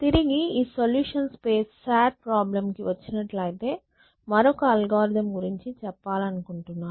తిరిగి ఈ solution space SAT problem కి వచ్చినట్లైతే మరొక అల్గోరిథం గురించి చెప్పాలనుకుంటున్నాను